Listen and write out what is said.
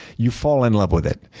you fall in love with it.